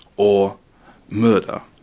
or murder.